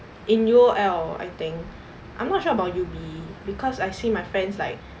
in U_O_L I think I'm not sure about U_B because I see my friends like